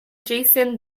jason